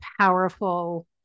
powerful